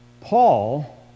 Paul